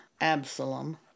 Absalom